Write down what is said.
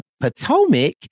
Potomac